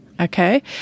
okay